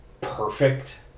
perfect